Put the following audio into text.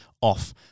off